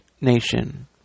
nation